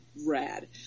rad